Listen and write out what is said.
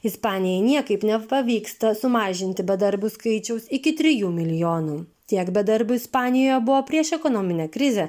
ispanijai niekaip nepavyksta sumažinti bedarbių skaičiaus iki trijų milijonų tiek bedarbių ispanijoje buvo prieš ekonominę krizę